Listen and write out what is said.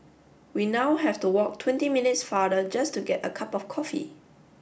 we now have to walk twenty minutes farther just to get a cup of coffee